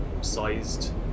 sized